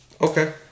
Okay